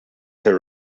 her